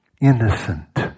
innocent